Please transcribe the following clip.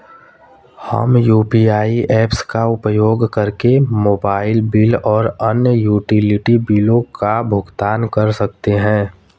हम UPI apps का उपयोग करके मोबाइल बिल और अन्य यूटिलिटी बिलों का भुगतान कर सकते हैं